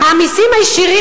המסים הישירים,